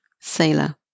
sailor